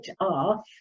off